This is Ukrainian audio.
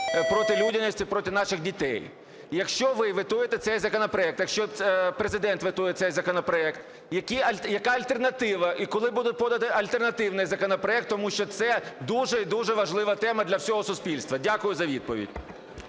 проти людяності, проти наших дітей. Якщо ви ветуєте цей законопроект… Якщо Президент ветує цей законопроект, яка альтернатива? І коли буде подано альтернативний законопроект? Тому що це дуже і дуже важлива тема для всього суспільства. Дякую за відповідь.